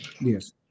Yes